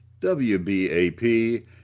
WBAP